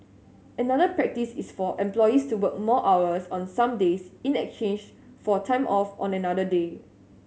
another practice is for employees to work more hours on some days in exchange for time off on another day